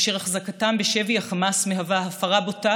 אשר החזקתם בשבי החמאס מהווה הפרה בוטה